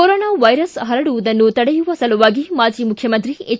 corona virus ಪರಡುವುದನ್ನು ತಡೆಯುವ ಸಲುವಾಗಿ ಮಾಜಿ ಮುಖ್ಯಮಂತ್ರಿ ಎಚ್